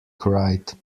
cried